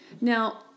Now